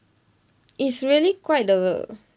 it's really quite a